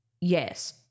Yes